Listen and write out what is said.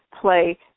play